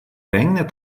regnet